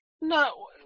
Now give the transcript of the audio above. No